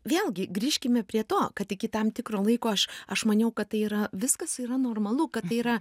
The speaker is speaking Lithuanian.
vėlgi grįžkime prie to kad iki tam tikro laiko aš aš maniau kad tai yra viskas yra normalu kad tai yra